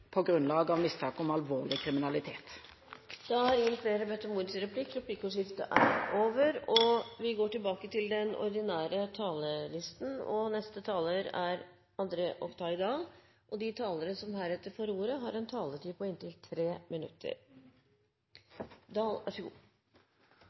på grunnlag av mistanke om alvorlig kriminalitet. Replikkordskiftet er omme. De talere som heretter får ordet, har en taletid på inntil 3 minutter.